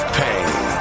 pain